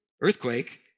earthquake